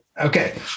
Okay